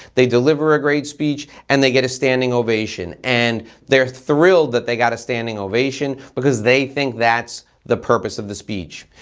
they deliver a great speech and they get a standing ovation and they're thrilled that they got a standing ovation because they think that's the purpose of the speech.